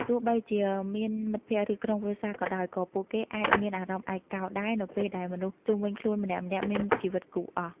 ទោះបីជាមានមិត្តភក្តិ ឬក្រុមគ្រួសារក៏ដោយ ក៏ពួកគេអាចមានអារម្មណ៍ឯកោដែល នៅពេលដែលមនុស្សជំុវិញខ្លួនម្នាក់ៗមានជីវិតគូអស់ ។